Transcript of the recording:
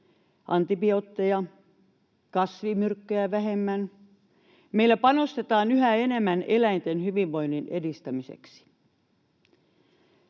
antibiootteja, kasvimyrkkyjä vähemmän. Meillä panostetaan yhä enemmän eläinten hyvinvoinnin edistämiseen.